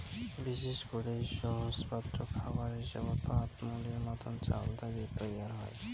বিশেষ করি সহজপাচ্য খাবার হিসাবত ভাত, মুড়ির মতন চাউল থাকি তৈয়ার হই